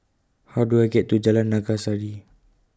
How Do I get to Jalan Naga Sari